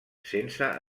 sense